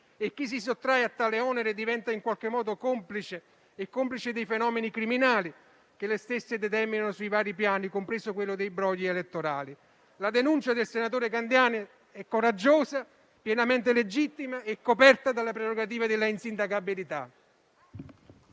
e chi si sottrae a tale onere diventa in qualche modo complice dei fenomeni criminali che gli stessi determinano su vari piani, compreso quello dei brogli elettorali. La denuncia del senatore Candiani è coraggiosa, pienamente legittima e coperta dalla prerogativa della insindacabilità.